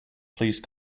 please